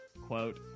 quote